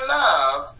love